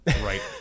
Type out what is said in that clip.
right